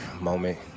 moment